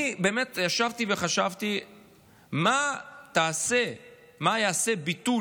אני באמת ישבתי וחשבתי מה יעשה ביטול